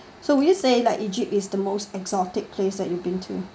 so would you say like egypt is the most exotic place that you've been to